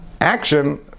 action